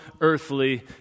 earthly